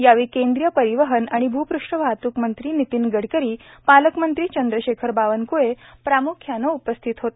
यावेळी केंद्रीय परिवहन आणि भ्पृष्ठ वाहत्क मंत्री नितीन गडकरी पालकमंत्री चंद्रशेखर बावनक्ळे प्राम्ख्याने उपस्थित होते